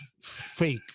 fake